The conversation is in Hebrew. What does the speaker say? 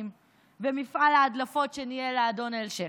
ומפעל ההדלפות שניהל האדון אלשיך,